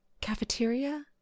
cafeteria